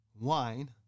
Wine